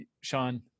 Sean